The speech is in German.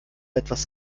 etwas